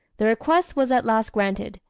the request was at last granted,